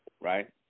right